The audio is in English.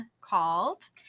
called